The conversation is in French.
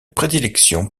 prédilection